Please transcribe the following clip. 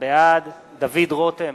בעד דוד רותם,